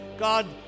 God